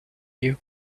you